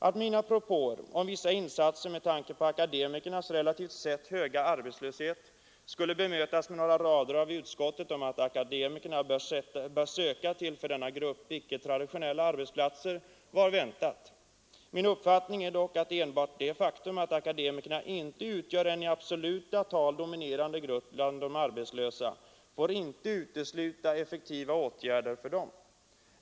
Att mina propåer om vissa insatser med tanke på akademikernas relativt sett höga arbetslöshet skulle bemötas med några rader av utskottet om att akademikerna bör söka till för denna grupp icke traditionella arbetsplatser var väntat. Min uppfattning är dock att enbart det faktum, att akademikerna inte utgör en i absoluta tal dominerande grupp bland de arbetslösa ungdomarna, inte får utesluta effektiva åtgärder för dem.